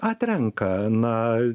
atrenka na